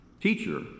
Teacher